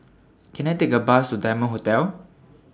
Can I Take A Bus to Diamond Hotel